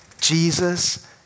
Jesus